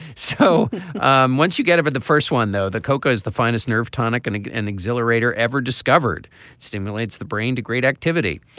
so um once you get over the first one though the cocoa is the finest nerve tonic and an accelerator ever discovered stimulates the brain to great activity.